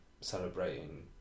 celebrating